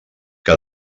que